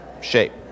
shape